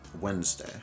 Wednesday